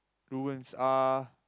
ruins uh